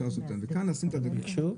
ושם לשים את הדגש.